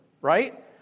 Right